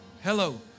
Hello